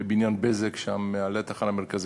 בבניין "בזק" ליד התחנה המרכזית.